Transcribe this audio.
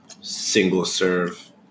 single-serve